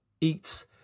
eat